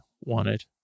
wanted